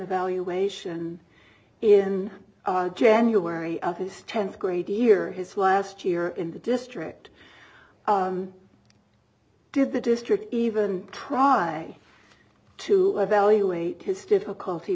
evaluation in january of his tenth grade year his last year in the district did the district even try to evaluate his difficulty